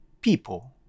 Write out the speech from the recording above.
people